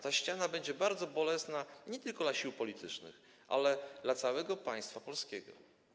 Ta ściana będzie bardzo bolesna nie tylko dla sił politycznych, ale całego państwa polskiego.